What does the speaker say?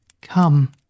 Come